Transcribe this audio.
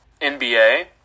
NBA